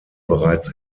bereits